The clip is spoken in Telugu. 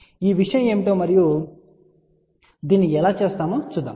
ఈ మొత్తం విషయం ఏమిటో మరియు మనము దీన్ని ఎలా చేస్తామో చూద్దాం సరే